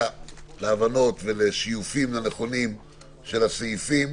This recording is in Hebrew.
להבנות ולשיופים הנכונים של הסעיפים.